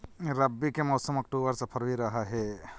रब्बी के मौसम अक्टूबर से फ़रवरी रह हे